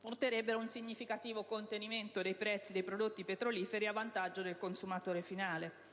porterebbero a un significativo contenimento dei prezzi dei prodotti petroliferi a vantaggio del consumatore finale.